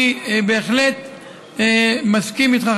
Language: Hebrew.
אני בהחלט מסכים איתך,